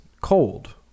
cold